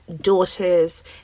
daughters